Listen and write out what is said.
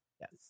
Yes